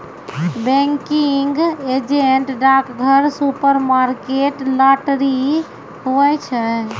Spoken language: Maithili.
बैंकिंग एजेंट डाकघर, सुपरमार्केट, लाटरी, हुवै छै